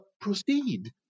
Proceed